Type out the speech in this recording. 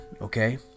okay